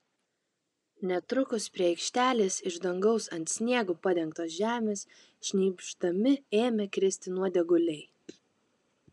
netrukus prie aikštelės iš dangaus ant sniegu padengtos žemės šnypšdami ėmė kristi nuodėguliai